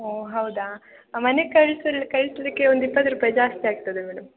ಹ್ಞೂ ಹೌದಾ ಮನೆಗೆ ಕಳ್ಸಲು ಕಳಿಸ್ಲಿಕ್ಕೆ ಒಂದು ಇಪ್ಪತ್ತು ರೂಪಾಯಿ ಜಾಸ್ತಿ ಆಗ್ತದೆ ಮೇಡಮ್